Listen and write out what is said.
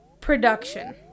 production